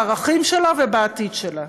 בערכים שלה ובעתיד שלה